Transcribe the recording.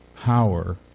power